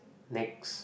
next